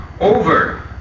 over